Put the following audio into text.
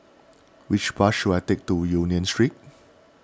which bus should I take to Union Street